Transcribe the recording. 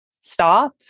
stop